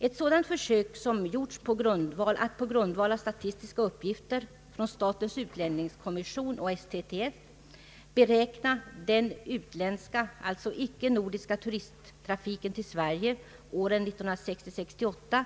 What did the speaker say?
Ett sådant försök har gjorts att på grundval av statistiska uppgifter — från statens = utlänningskommission =:och Svenska turisttrafikförbundet — beräkna den utländska — alltså icke nordiska — turisttrafiken till Sverige åren 1960—1968.